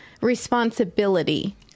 responsibility